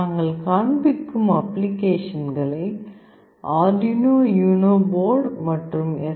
நாங்கள் காண்பிக்கும் அப்ளிகேஷன்களை அர்டுயினோ யுனோ போர்டு மற்றும் எஸ்